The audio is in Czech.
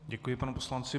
Děkuji panu poslanci.